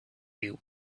you